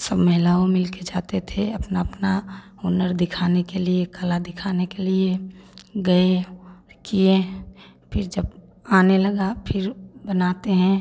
सब महिलाओं मिल के जाते थे अपना अपना हुनर दिखाने के लिए कला दिखाने के लिए गए किए फिर जब आने लगा फिर बनाते हैं